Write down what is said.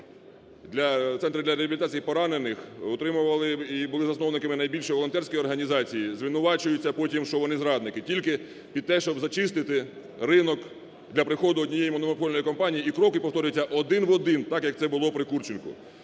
центру реабілітації поранених утримували і були засновниками найбільшої волонтерської організації звинувачуються потім, що вони зрадники тільки під те, щоб зачистити ринок для приходу однієї монопольної компанії. І кроки повторюються один в один, так як це було при Курченку.